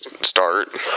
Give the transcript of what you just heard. start